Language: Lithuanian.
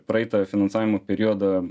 praeitą finansavimo periodą